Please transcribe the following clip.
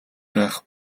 байх